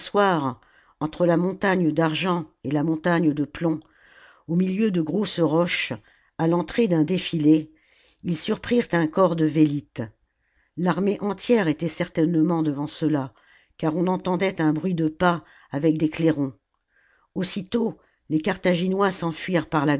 entre la montagne d'argent et la montagne de plomb au milieu de grosses roches à l'entrée d'un défilé ils surprirent un corps de vélites l'armée entière était certainement devant ceux-là car on entendait un bruit de pas avec des clairons aussitôt les carthaginois s'enfuirent